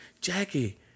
Jackie